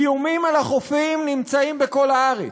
איומים על החופים נמצאים בכל הארץ,